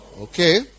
Okay